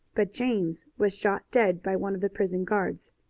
but james was shot dead by one of the prison guards.